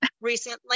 recently